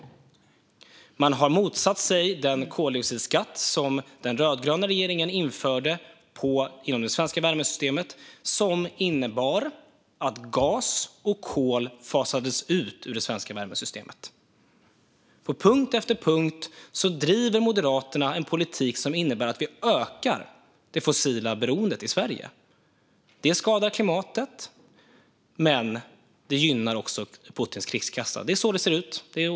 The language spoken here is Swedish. Man har motsatt sig den koldioxidskatt som den rödgröna regeringen införde inom det svenska värmesystemet, som innebar att gas och kol fasades ut. På punkt efter punkt driver Moderaterna en politik som innebär att vi ökar det fossila beroendet i Sverige. Det skadar klimatet. Och det gynnar också Putins krigskassa. Det är så det ser ut.